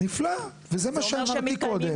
נפלא, זה מה ששאלתי קודם: